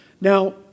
Now